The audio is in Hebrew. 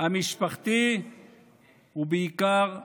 המשפחתי ובעיקר הלאומי.